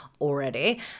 already